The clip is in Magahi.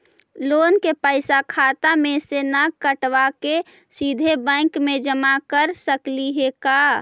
लोन के पैसा खाता मे से न कटवा के सिधे बैंक में जमा कर सकली हे का?